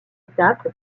étape